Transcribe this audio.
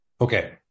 Okay